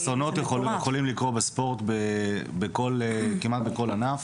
אסונות יכולים לקרות בספורט כמעט בכול ענף,